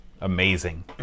Amazing